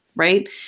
Right